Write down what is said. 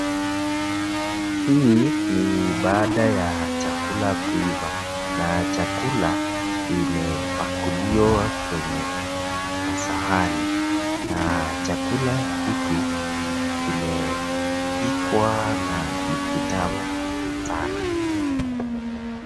Hii ni baada ya chakula kuiva na chakula imepakuliwa kwenye masahani na chakula hiki kimepikwa na ni kitamu sana.